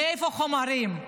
מאיפה החומרים?